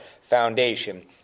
foundation